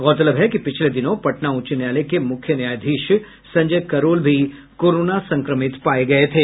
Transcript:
गौरतलब है कि पिछले दिनों पटना उच्च न्यायालय के मुख्य न्यायाधीश संजय करोल भी कोरोना संक्रमित पाये गये थे